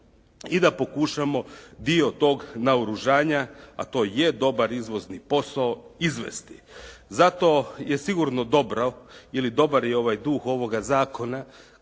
i da pokušamo dio tog naoružanja, a to je dobar izvozni posao, izvesti. Zato je sigurno dobro ili dobar je ovaj duh ovoga zakona